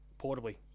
portably